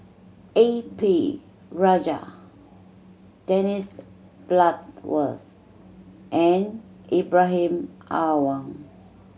A P Rajah Dennis Bloodworth and Ibrahim Awang